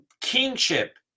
kingship